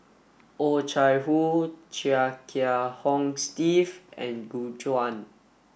Oh Chai Hoo Chia Kiah Hong Steve and Gu Juan